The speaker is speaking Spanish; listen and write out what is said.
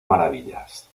maravillas